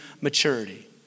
maturity